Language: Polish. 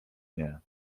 nie